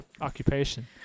occupation